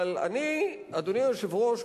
אבל, אדוני היושב-ראש,